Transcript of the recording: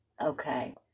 Okay